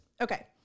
Okay